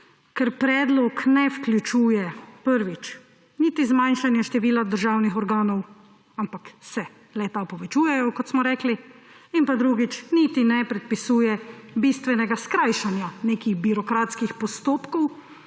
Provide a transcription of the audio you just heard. Ker predlog ne vključuje, prvič, niti zmanjšanja števila državnih organov, ampak se le-ti povečujejo, kot smo rekli, in drugič, niti ne predpisuje bistvenega skrajšanja nekih birokratskih postopkov,